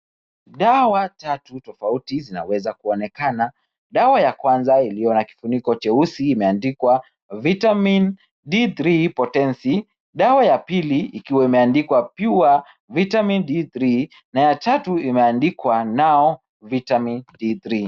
Dawa tatu tofauti zinaweza kuonekana. Dawa ya kwanza iliyo na kifuniko cheusi imeandikwa vitamin D3 potency , dawa ya pili ikiwa imeandikwa Pure Vitamin D3 na ya tatu imeandikwa Now Vitamin D3 .